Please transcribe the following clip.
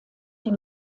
die